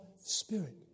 Spirit